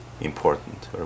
important